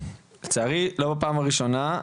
לצערי לא בפעם הראשונה,